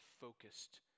focused